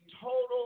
total